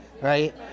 right